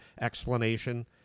explanation